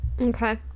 Okay